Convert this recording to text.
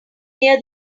near